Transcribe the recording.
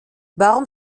warum